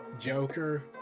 Joker